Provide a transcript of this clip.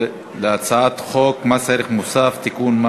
לנמק את הצעת חוק מס ערך מוסף (תיקון,